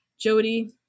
Jody